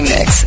Mix